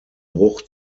bruch